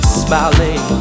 smiling